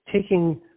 taking